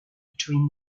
between